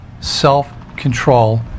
self-control